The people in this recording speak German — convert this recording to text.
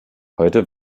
heute